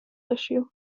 issue